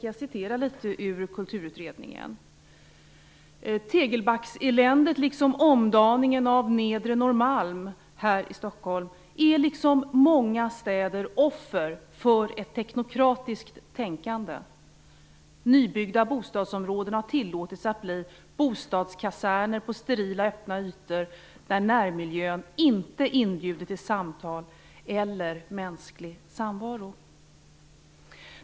Jag läser ur Kulturutredningen: Tegelbackseländet liksom omdaningen av nedre Norrmalm här i Stockholm är liksom många städer offer för ett teknokratiskt tänkande. Nybyggda bostadsområden har tillåtits att bli bostadskaserner på sterila öppna ytor där närmiljön inte inbjuder till samtal eller mänsklig samvaro.